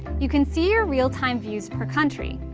you can see your real-time views per country.